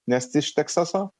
nes iš teksaso